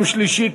יום שלישי,